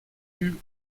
eut